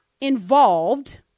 involved